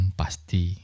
pasti